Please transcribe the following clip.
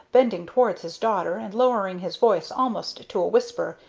bending towards his daughter, and lowering his voice almost to a whisper,